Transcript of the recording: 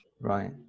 right